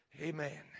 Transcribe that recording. Amen